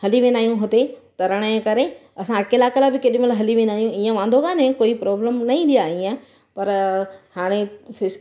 हली वेंदा आहियूं हुते तरण जे करे असां अकेला अकेला बि केॾीमहिल हली वेंदा आहियूं हिन वांदो काने प्रॉब्लम न ईंदी आहे ईअं पर हाणे फिस